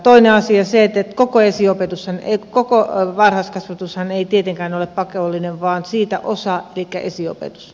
toinen asia on se että koko varhaiskasvatushan ei tietenkään ole pakollinen vaan siitä osa elikkä esiopetus